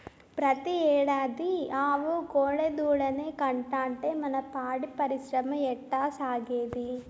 పెతీ ఏడాది ఆవు కోడెదూడనే కంటాంటే మన పాడి పరిశ్రమ ఎట్టాసాగేది